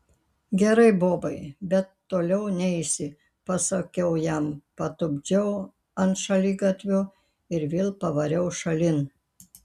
gerai bobai bet toliau neisi pasakiau jam patupdžiau ant šaligatvio ir vėl pavariau šalin